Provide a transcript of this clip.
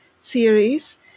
series